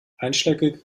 einschlägige